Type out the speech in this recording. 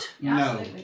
No